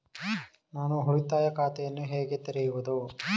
ನಾನು ಉಳಿತಾಯ ಖಾತೆಯನ್ನು ಹೇಗೆ ತೆರೆಯುವುದು?